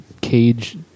cage